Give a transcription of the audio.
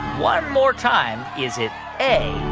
one more time. is it a,